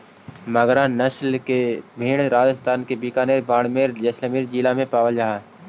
मगरा नस्ल के भेंड़ राजस्थान के बीकानेर, बाड़मेर, जैसलमेर जिला में पावल जा हइ